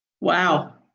Wow